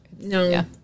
No